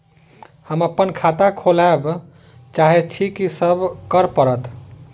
हम अप्पन खाता खोलब चाहै छी की सब करऽ पड़त?